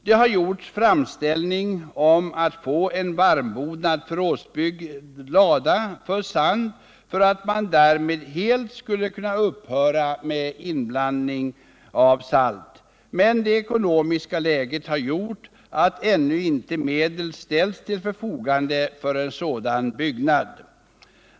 Det har gjorts framställning om att få en varmbonad förrådslada för sand för att man därmed helt skulle kunna upphöra med inblandning av salt. Men det ekonomiska läget har gjort att medel ännu inte har ställts till förfogande för en sådan byggnad.